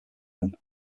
them